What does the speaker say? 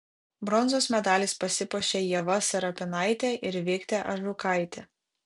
bronzos medaliais pasipuošė ieva serapinaitė ir viktė ažukaitė